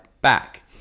back